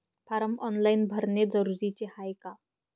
Form online भरने जरुरीचे हाय का?